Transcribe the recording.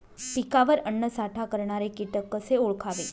पिकावर अन्नसाठा करणारे किटक कसे ओळखावे?